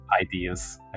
ideas